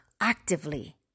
actively